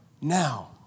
now